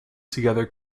together